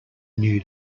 new